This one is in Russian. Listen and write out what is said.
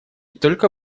только